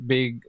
Big